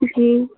जी